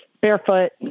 barefoot